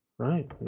Right